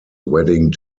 wedding